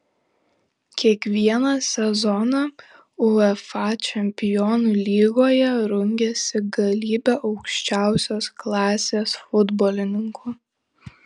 kiekvieną sezoną uefa čempionų lygoje rungiasi galybė aukščiausios klasės futbolininkų